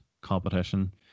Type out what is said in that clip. competition